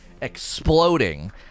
exploding